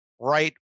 right